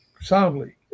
soundly